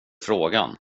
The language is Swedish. frågan